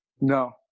No